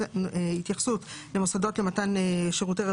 והתייחסות למוסדות למתן שירותי רווחה,